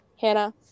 Hannah